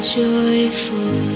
joyful